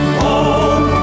home